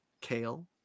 Kale